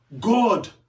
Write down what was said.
God